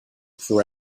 for